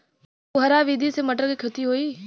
फुहरा विधि से मटर के खेती होई